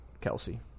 Kelsey